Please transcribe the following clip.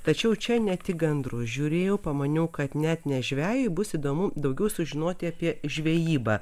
tačiau čia ne tik gandrus žiūrėjau pamaniau kad net ne žvejui bus įdomu daugiau sužinoti apie žvejybą